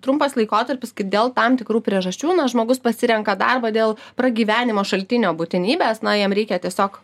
trumpas laikotarpis kai dėl tam tikrų priežasčių na žmogus pasirenka darbą dėl pragyvenimo šaltinio būtinybės na jam reikia tiesiog